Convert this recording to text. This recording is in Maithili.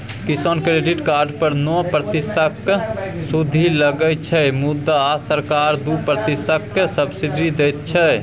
किसान क्रेडिट कार्ड पर नौ प्रतिशतक सुदि लगै छै मुदा सरकार दु प्रतिशतक सब्सिडी दैत छै